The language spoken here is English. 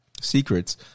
secrets